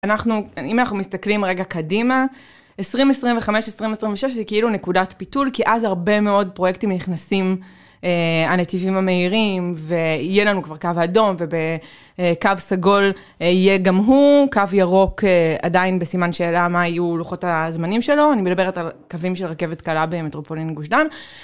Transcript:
אם אנחנו מסתכלים רגע קדימה, 2025-2026 היא כאילו נקודת פיתול כי אז הרבה מאוד פרויקטים נכנסים, הנתיבים המהירים ויהיה לנו כבר קו אדום ובקו סגול יהיה גם הוא, קו ירוק עדיין בסימן שאלה מה יהיו לוחות הזמנים שלו אני מדברת על קווים של רכבת קלה במטרופולין גוש דן